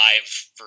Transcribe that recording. live